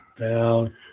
Down